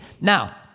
Now